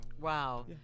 Wow